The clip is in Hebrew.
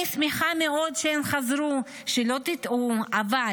אני שמחה מאוד שהן חזרו, שלא תטעו, אבל